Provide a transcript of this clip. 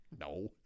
no